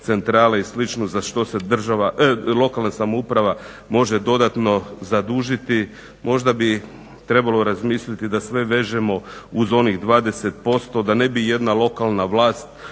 centrale i slično za što se lokalna samouprava može dodatno zadužiti možda bi dodatno trebalo razmisliti da sve vežemo uz onih 20% da ne bi jedna lokalna vlast